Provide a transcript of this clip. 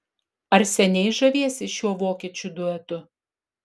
ar seniai žaviesi šiuo vokiečių duetu